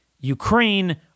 Ukraine